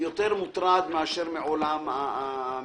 יותר מוטרד מאשר מעולם המלונאות,